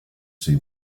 see